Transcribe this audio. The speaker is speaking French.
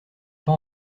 pas